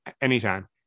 Anytime